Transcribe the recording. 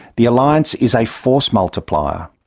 the alliance is a force multiplier.